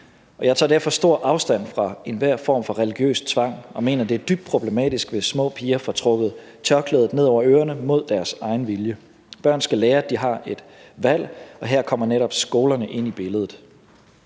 Jeg tager derfor stor afstand fra enhver form for religiøs tvang og mener, at det er dybt problematisk, hvis små piger får trukket tørklædet ned over ørerne mod deres egen vilje. Børn skal lære, at de har et valg, og her kommer netop skolerne ind i billedet.